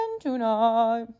tonight